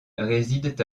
résident